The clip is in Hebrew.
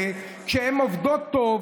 כשהן עובדות טוב,